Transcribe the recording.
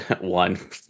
One